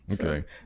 Okay